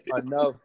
Enough